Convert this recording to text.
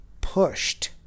pushed